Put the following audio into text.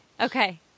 Okay